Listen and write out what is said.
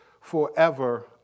forever